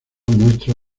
muestra